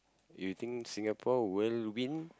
you think Singapore will win